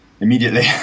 immediately